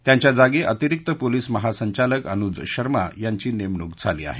त्यांच्या जागी अतिरिक्त पोलीस महासंचालक अनुज शर्मा यांची नेमणूक झाली आहे